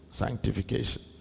sanctification